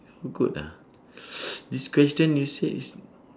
so good ah this question you say is